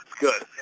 good